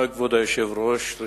כבוד היושב-ראש, תודה.